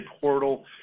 portal